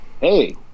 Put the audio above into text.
Hey